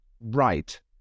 right